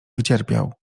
wycierpiał